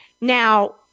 Now